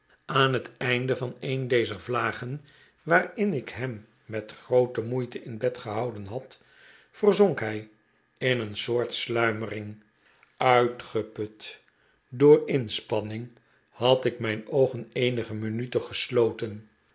aan het einde van een dezer vlagen waarin ik hem met groote moeite in bed gehouden had verzonk hij in een soort sluimering uitgeput door inspanning had ik mijn oogen eenige minuten gesloten